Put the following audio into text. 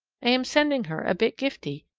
am sending her a bit giftie,